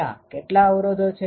ત્યાં કેટલા અવરોધો છે